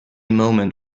moment